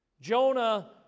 Jonah